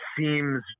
seems